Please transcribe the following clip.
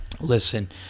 listen